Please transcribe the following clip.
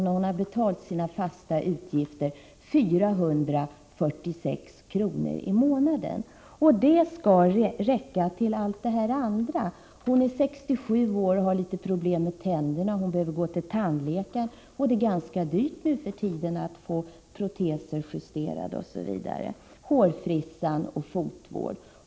När hon har betalat sina fasta utgifter blir det kvar 446 kr. i månaden, och det skall räcka till allt det andra. Hon är 67 år och har litet problem med tänderna. Hon behöver gå till tandläkare, 153 men det är ganska dyrt nu för tiden att få proteser justerade osv. Det handlar också om hårfrisörska och fotvård.